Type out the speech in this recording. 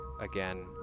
again